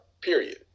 period